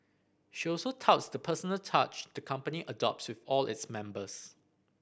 she also touts the personal touch the company adopts with all its members